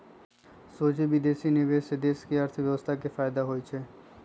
सोझे विदेशी निवेश से देश के अर्थव्यवस्था के फयदा होइ छइ